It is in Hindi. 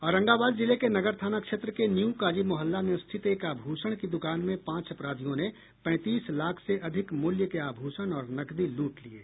औरंगाबाद जिले के नगर थाना क्षेत्र के न्यूकाजी मोहल्ला में स्थित एक आभूषण की दुकान में पांच अपराधियों ने पैंतीस लाख से अधिक मूल्य के आभूषण और नकदी लूट लिये